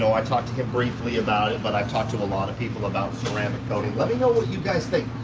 i talked to him briefly about it, but i've talked to a lot of people about ceramic coating. let me know what you guys think.